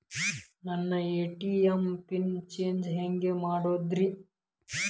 ನನ್ನ ATM pin change ಹೆಂಗ್ ಮಾಡೋದ್ರಿ?